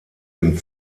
dem